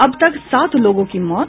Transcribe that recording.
अब तक सात लोगों की मौत